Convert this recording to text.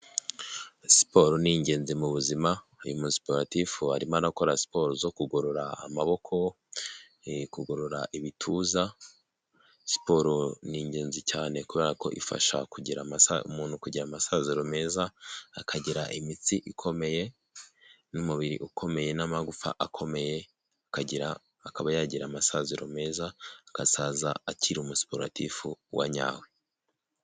Siporo ni ingenzi mu buzima uyu musiporotifu arimo anakora siporo zo kugorora amaboko, kugorora ibituza, siporo ni ingenzi cyane kubera ko ifasha kugira amasah umuntu kugira amasaziro meza akagira imitsi ikomeye n'umubiri ukomeye n'amagufa akomeye akagira akaba yagira amasaziro meza akaaaza akiri umusiporotifu wa nyawe.